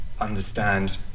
understand